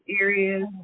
areas